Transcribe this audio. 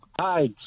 hi